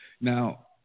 Now